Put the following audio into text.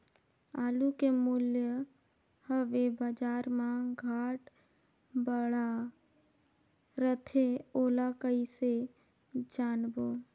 आलू के मूल्य हवे बजार मा घाट बढ़ा रथे ओला कइसे जानबो?